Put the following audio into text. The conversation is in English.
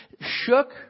shook